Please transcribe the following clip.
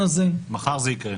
מחר זה יקרה.